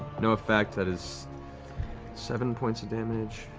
no effect. that is seven points of damage